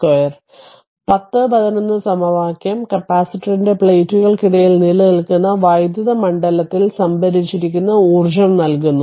10 11 സമവാക്യം കപ്പാസിറ്ററിന്റെ പ്ലേറ്റുകൾക്കിടയിൽ നിലനിൽക്കുന്ന വൈദ്യുത മണ്ഡലത്തിൽ സംഭരിച്ചിരിക്കുന്ന ഊർജ്ജം നൽകുന്നു